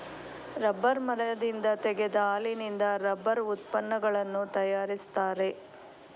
rubber ಮರದಿಂದ ತೆಗೆದ ಹಾಲಿನಿಂದ ರಬ್ಬರ್ ಉತ್ಪನ್ನಗಳನ್ನು ತರಯಾರಿಸ್ತರೆ